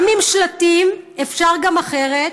גם עם שלטים "אפשר גם אחרת",